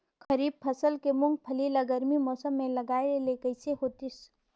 खरीफ फसल के मुंगफली ला गरमी मौसम मे लगाय ले कइसे होतिस?